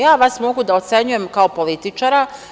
Ja vas mogu da ocenjujem kao političara.